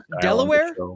Delaware